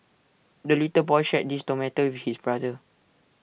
the little boy shared his tomato with his brother